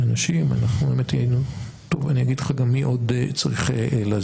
מאנשים, אני אגיד לך גם מי עוד צריך להזמין.